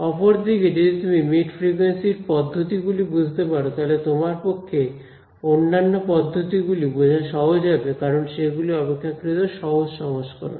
অপরদিকে যদি তুমি মিড ফ্রিকুয়েন্সি র পদ্ধতিগুলি বুঝতে পারো তাহলে তোমার পক্ষে অন্যান্য পদ্ধতিগুলি বোঝা সহজ হবে কারন সে গুলি অপেক্ষাকৃত সহজ সংস্করণ